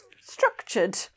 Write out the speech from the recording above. structured